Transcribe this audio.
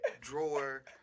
drawer